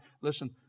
listen